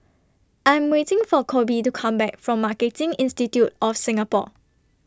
I'm waiting For Koby to Come Back from Marketing Institute of Singapore